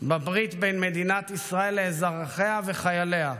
בברית בין מדינת ישראל לאזרחיה וחייליה.